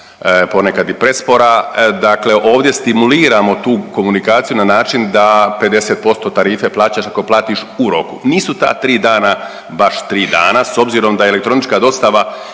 ponekad i prespora. Dakle, ovdje stimuliramo tu komunikaciju na način da 50% tarife plaćaš ako platiš u roku. Nisu ta 3 dana baš 3 dana s obzirom da elektronička dostava